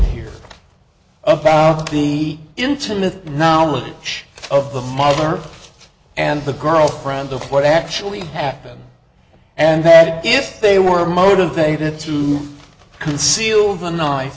here about the intimate knowledge of the mother and the girlfriend of what actually happened and that if they were motivated to conceal the kni